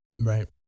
Right